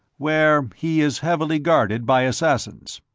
where he is heavily guarded by assassins.